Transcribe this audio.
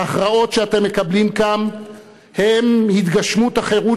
ההכרעות שאתם מקבלים כאן הן התגשמות החירות